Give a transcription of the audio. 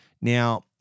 Now